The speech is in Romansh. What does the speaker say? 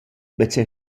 vezza